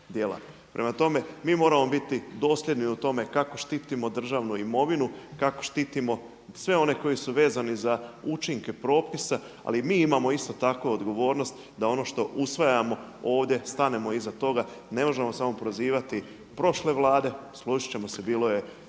Prema tome, mi moramo biti dosljedni u tome kako štitimo državnu imovinu, kako štitimo sve one koji su vezani za učinke propisa. Ali mi imamo isto tako odgovornost da ono što usvajamo ovdje stanemo iza toga, ne možemo samo prozivati prošle Vlade, složiti ćemo se, bilo je